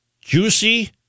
Juicy